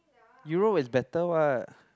Euro is better what